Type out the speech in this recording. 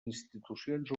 institucions